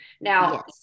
Now